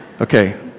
Okay